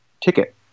ticket